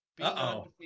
Uh-oh